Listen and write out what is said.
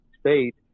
state